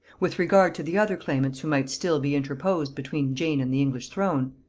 with regard to the other claimants who might still be interposed between jane and the english throne,